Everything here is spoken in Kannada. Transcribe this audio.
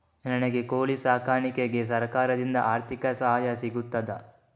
ನನಗೆ ಕೋಳಿ ಸಾಕಾಣಿಕೆಗೆ ಸರಕಾರದಿಂದ ಆರ್ಥಿಕ ಸಹಾಯ ಸಿಗುತ್ತದಾ?